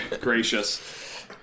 gracious